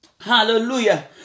Hallelujah